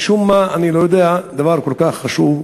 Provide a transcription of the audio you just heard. משום מה, אני לא יודע, דבר כל כך חשוב.